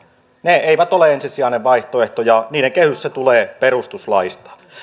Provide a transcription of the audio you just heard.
ne eivät ole ensisijainen vaihtoehto ja niiden kehys tulee perustuslaista